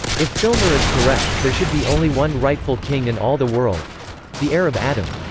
if filmer is correct, there should be only one rightful king in all the world the heir of adam.